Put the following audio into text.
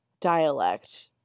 dialect